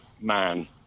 man